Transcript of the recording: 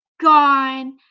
gone